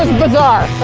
bizarre.